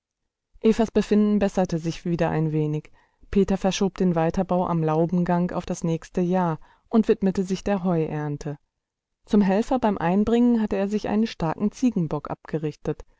besserte sich wieder ein wenig peter verschob den weiterbau am laubengang auf das nächste jahr und widmete sich der heuernte zum helfer beim einbringen hatte er sich einen starken ziegenbock abgerichtet